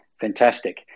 Fantastic